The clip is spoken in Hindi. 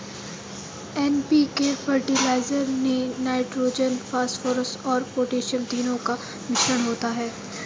एन.पी.के फर्टिलाइजर में नाइट्रोजन, फॉस्फोरस और पौटेशियम तीनों का मिश्रण होता है